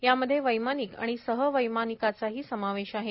यामध्ये वैमानिक आणि सह वैमानिकाचाही समावेश आहे